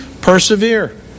persevere